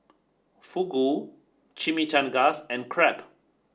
Fugu Chimichangas and Crepe